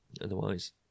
Otherwise